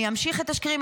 אני אמשיך את השקרים,